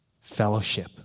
fellowship